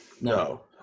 No